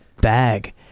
bag